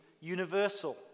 universal